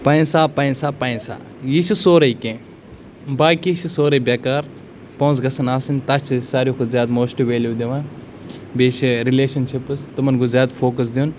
پیسہ پیسہ پیسہ یہِ چھُ سورُے کینٛہہ باقٕے چھِ سورُے بٮ۪کار پونٛسہٕ گژھَن آسٕنۍ تَس چھِ أسۍ ساروٕے کھۄتہٕ زیادٕ موسٹ ویلیٚو دِوان بیٚیہِ چھِ رِلیشَن شِپٕس تِمَن گوٚژھ زیادٕ فوکَس دیُٚن